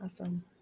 Awesome